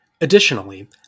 Additionally